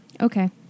Okay